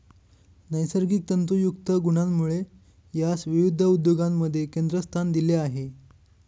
नैसर्गिक तंतुयुक्त गुणांमुळे यास विविध उद्योगांमध्ये केंद्रस्थान दिले आहे